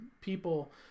People